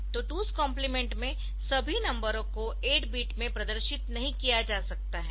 तो 2s complement में सभी नंबरों को 8 बिट में प्रदर्शित नहीं किया जा सकता है